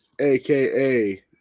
aka